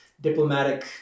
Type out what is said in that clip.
diplomatic